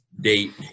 date